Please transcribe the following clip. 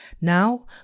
Now